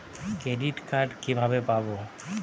Credit card কিভাবে পাব?